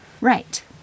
Right